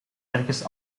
ergens